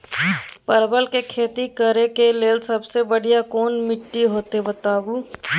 परवल के खेती करेक लैल सबसे बढ़िया कोन माटी होते बताबू?